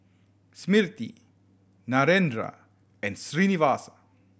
Smriti Narendra and Srinivasa